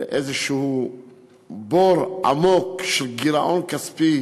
לאיזה בור עמוק של גירעון כספי